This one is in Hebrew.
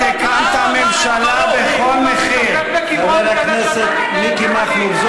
חברת הכנסת מירי רגב,